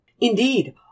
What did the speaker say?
Indeed